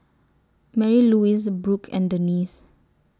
Marylouise Brooke and Denise